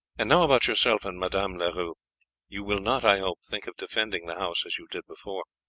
and now about yourself and madame leroux you will not, i hope, think of defending the house as you did before.